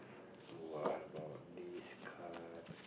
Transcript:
what about this card